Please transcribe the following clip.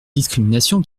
discrimination